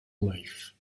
life